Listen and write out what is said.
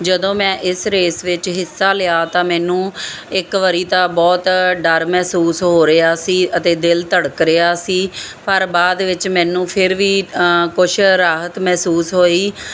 ਜਦੋਂ ਮੈਂ ਇਸ ਰੇਸ ਵਿੱਚ ਹਿੱਸਾ ਲਿਆ ਤਾਂ ਮੈਨੂੰ ਇੱਕ ਵਾਰੀ ਤਾਂ ਬਹੁਤ ਡਰ ਮਹਿਸੂਸ ਹੋ ਰਿਹਾ ਸੀ ਅਤੇ ਦਿਲ ਧੜਕ ਰਿਹਾ ਸੀ ਪਰ ਬਾਅਦ ਵਿੱਚ ਮੈਨੂੰ ਫਿਰ ਵੀ ਕੁਛ ਰਾਹਤ ਮਹਿਸੂਸ ਹੋਈ